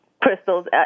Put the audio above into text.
crystals